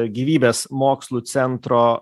gyvybės mokslų centro